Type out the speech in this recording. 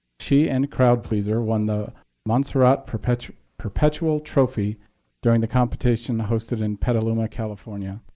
she and crowd-pleaser won the montserrat perpetual perpetual trophy during the competition hosted in petaluma, california.